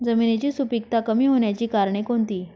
जमिनीची सुपिकता कमी होण्याची कारणे कोणती?